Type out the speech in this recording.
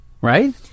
right